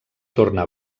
torna